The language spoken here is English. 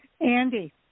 Andy